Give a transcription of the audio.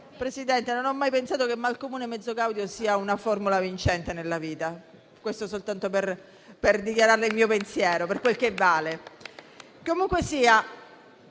Presidente, non ho mai pensato che "mal comune, mezzo gaudio" fosse una formula vincente nella vita: questo soltanto per dichiararle il mio pensiero, per quel che vale.